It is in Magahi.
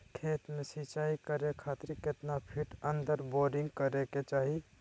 खेत में सिंचाई करे खातिर कितना फिट अंदर बोरिंग करे के चाही?